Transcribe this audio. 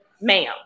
ma'am